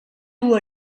dur